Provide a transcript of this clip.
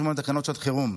תקנות שעת חירום.